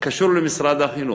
קשור למשרד החינוך,